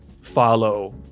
follow